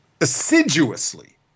assiduously